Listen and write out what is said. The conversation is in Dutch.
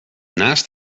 naast